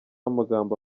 amagambo